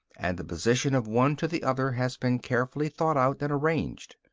and the position of one to the other has been carefully thought out and arranged.